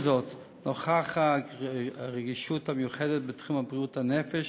עם זאת, נוכח הרגישות המיוחדת בתחום בריאות הנפש,